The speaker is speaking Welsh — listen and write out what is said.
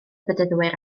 bedyddwyr